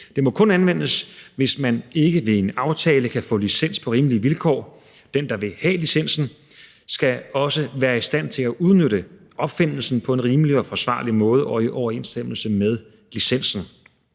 Det må kun anvendes, hvis man ikke ved en aftale kan få licens på rimelige vilkår, og den, der vil have licensen, skal også være i stand til at udnytte opfindelsen på en rimelig og forsvarlig måde og i overensstemmelse med licensen.